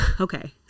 okay